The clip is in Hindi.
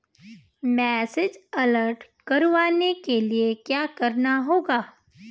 मैसेज अलर्ट करवाने के लिए क्या करना होगा?